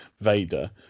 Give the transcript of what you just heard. Vader